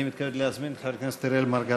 אני מתכבד להזמין את חבר הכנסת מרגלית,